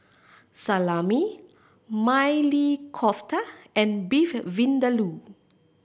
Salami Maili Kofta and Beef Vindaloo